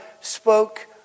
spoke